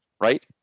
right